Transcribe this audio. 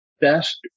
best